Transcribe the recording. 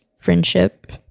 friendship